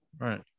Right